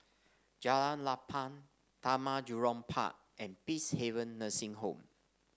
Jalan Lapang Taman Jurong Park and Peacehaven Nursing Home